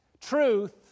truth